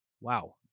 Wow